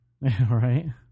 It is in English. Right